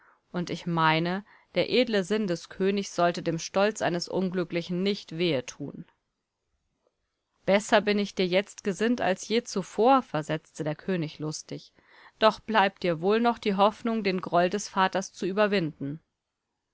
und ich meine der edle sinn des königs sollte dem stolz eines unglücklichen nicht wehe tun besser bin ich dir jetzt gesinnt als je zuvor versetzte der könig lustig doch bleibt dir wohl noch die hoffnung den groll des vaters zu überwinden